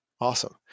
awesome